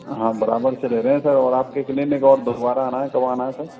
हाँ बराबर से ले रहे हैं सर और आपके क्लिनिक और दोबारा आना है कब आना है सर